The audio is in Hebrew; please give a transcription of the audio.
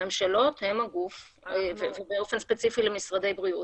והממשלות הן הגוף באופן ספציפי, למשרדי הבריאות